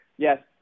Yes